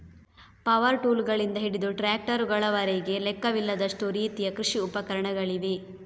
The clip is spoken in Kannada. ಪವರ್ ಟೂಲ್ಗಳಿಂದ ಹಿಡಿದು ಟ್ರಾಕ್ಟರುಗಳವರೆಗೆ ಲೆಕ್ಕವಿಲ್ಲದಷ್ಟು ರೀತಿಯ ಕೃಷಿ ಉಪಕರಣಗಳಿವೆ